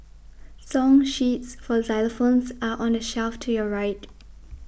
song sheets for xylophones are on the shelf to your right